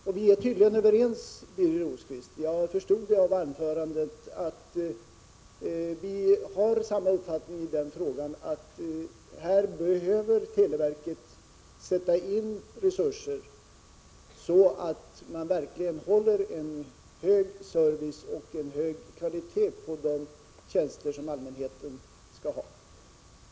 Jag förstod av Birger Rosqvists anförande att vi har samma uppfattning i den frågan, nämligen att televerket bör sätta in resurser så att man verkligen ger en god service och håller en hög kvalitet på tjänsterna gentemot allmänheten.